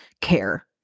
care